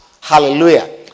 Hallelujah